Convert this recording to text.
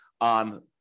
on